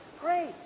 great